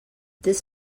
this